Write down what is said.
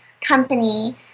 company